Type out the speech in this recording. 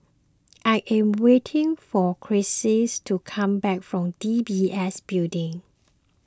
I am waiting for Chelsi to come back from D B S Building